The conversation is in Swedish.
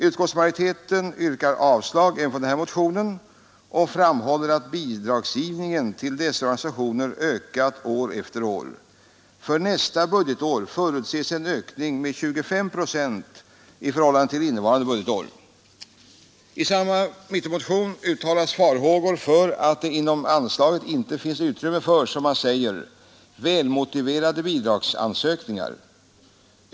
Utskottsmajoriteten yrkar avslag även på denna motion och framhåller att bidragsgivningen till dessa organisationer ökat år efter år. För nästa budgetår förutses en ökning med 25 procent i förhållande till innevarande budgetår. I samma motion uttalas farhågor för att det inom anslaget inte finns utrymme för, som man säger, välmotiverade bidragsansökningar.